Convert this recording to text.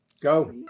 Go